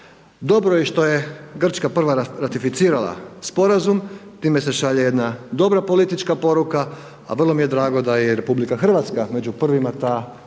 Dobro je što je Grčka prva ratificirala sporazum time se šalje jedna dobra politička poruka, a vrlo mi je drago da je i RH među prvima ta koja